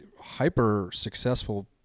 hyper-successful